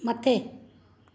मथे